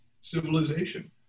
civilization